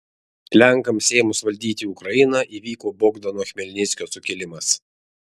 lenkams ėmus valdyti ukrainą įvyko bogdano chmelnickio sukilimas